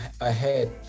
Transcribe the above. ahead